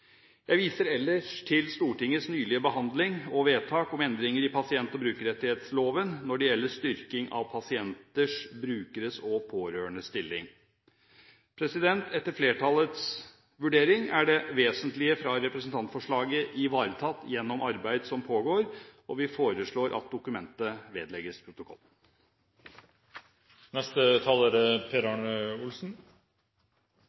Jeg viser ellers til Stortingets nylige behandling og vedtak om endringer i pasient- og brukerrettighetsloven når det gjelder styrking av pasienters, brukeres og pårørendes stilling. Etter flertallets vurdering er det vesentlige fra representantforslaget ivaretatt gjennom arbeid som pågår, og vi foreslår at dokumentet vedlegges protokollen. Det å miste sine nærmeste er